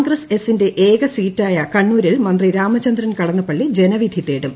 കോൺഗ്രസ് എസിന്റെ ഏക സീറ്റായ കണ്ണൂരിൽ മന്ത്രി രാമചന്ദ്രൻ കടന്നപ്പള്ളി ജനവിധി തേടും